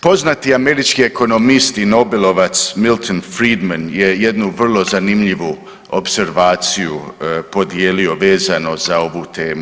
Poznati američki ekonomist i nobelovac Milton Friedman je jednu vrlo zanimljivu opservaciju podijelio vezano za ovu temu.